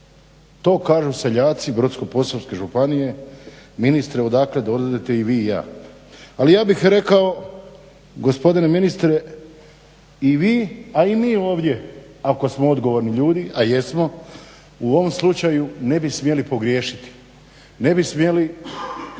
To kažu seljaci Brodsko-posavske županije, ministre odakle dolazite i vi i ja. Ali ja bih rekao gospodine ministre i vi, a i mi ovdje ako smo odgovorni ljudi, a jesmo, u ovom slučaju ne bi smjeli pogriješiti, ne bi smjeli